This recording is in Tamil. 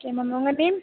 ஓகே மேம் உங்கள் நேம்